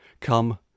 Come